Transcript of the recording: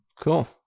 cool